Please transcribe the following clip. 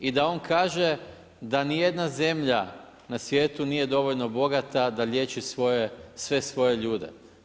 I da on kaže, da ni jedna zemlja na svijetu nije dovoljno bogata, da liječi svoje, sve svoje ljude.